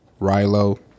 Rilo